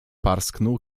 parsknął